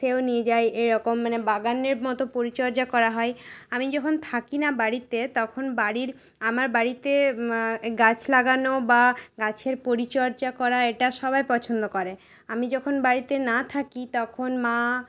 সেও নিয়ে যায় এরকম মানে বাগানের মতো পরিচর্চা করা হয় আমি যখন থাকি না বাড়িতে তখন বাড়ির আমার বাড়িতে গাছ লাগানো বা গাছের পরিচর্চা করা এটা সবাই পছন্দ করে আমি যখন বাড়িতে না থাকি তখন মা